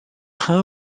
mha